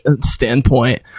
standpoint